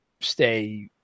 stay